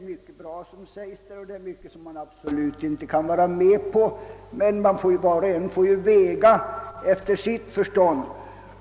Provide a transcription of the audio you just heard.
Mycket som skrivs där är bra, men mycket kan man inte gå med på — var och en får ju bedöma efter sitt förstånd.